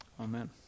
Amen